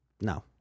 No